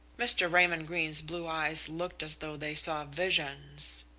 mr. raymond greene's blue eyes looked as though they saw visions.